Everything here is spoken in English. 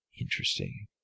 Interesting